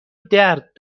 درد